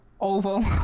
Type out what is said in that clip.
oval